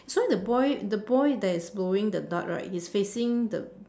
so the boy the boy that is throwing the dart right he's facing the